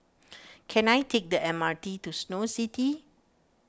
can I take the M R T to Snow City